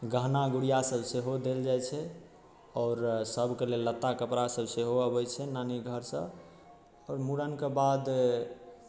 गहना गुड़िया सब सेहो देल जाइ छै आओर सबके लेल लत्ता कपड़ा सब सेहो अबै छै नानी घरसँ आओर मुरन के बाद